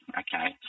okay